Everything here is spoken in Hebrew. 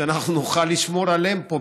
כדי שאנחנו נוכל לשמור עליהם פה,